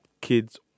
kids